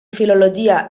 filologia